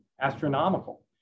astronomical